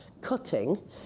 cutting